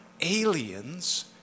aliens